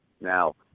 Now